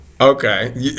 okay